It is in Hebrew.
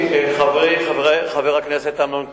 חברי חבר הכנסת אמנון כהן,